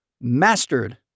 mastered